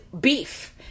beef